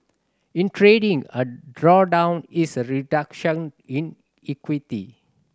in trading a drawdown is a reduction in equity